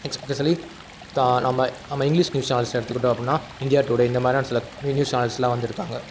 especially தா நம்ம நம்ம இங்கிலீஷ் நியூஸ் சேனல்ஸ் எடுத்துக்கிட்டோம் அப்படினா இந்தியா டுடே இந்த மாதிரிலாம் சில நியூ நியூஸ் சேனல்ஸ்லாம் வந்திருக்காங்க